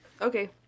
Okay